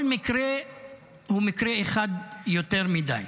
כל מקרה הוא מקרה אחד יותר מדי